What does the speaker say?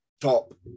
top